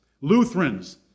Lutherans